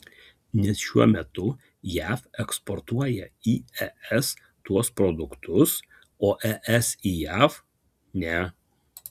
nes šiuo metu jav eksportuoja į es tuos produktus o es į jav ne